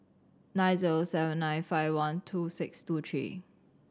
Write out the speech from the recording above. nine zero seven nine five one two six two three